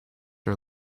are